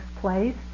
place